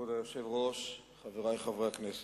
כבוד היושב-ראש, חברי חברי הכנסת,